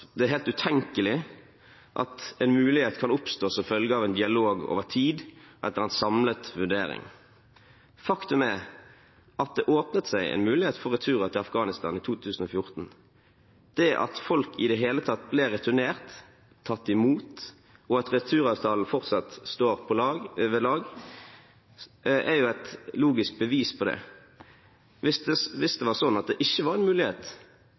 det er helt utenkelig at en mulighet kan oppstå som følge av en dialog over tid, etter en samlet vurdering. Faktum er at det åpnet seg en mulighet for returer til Afghanistan i 2014. Det at folk i det hele tatt ble returnert, tatt imot, og at returavtalen fortsatt står ved lag, er jo et logisk bevis på det. Hvis det var sånn at det ikke var en mulighet,